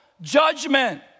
judgment